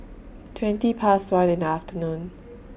twenty Past one in The afternoon